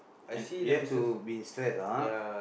and you have to be in stress ah